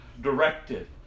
directed